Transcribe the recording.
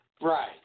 Right